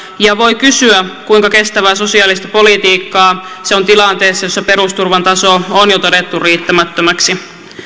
ja voi kysyä kuinka kestävää sosiaalista politiikkaa se on tilanteessa jossa perusturvan taso on jo todettu riittämättömäksi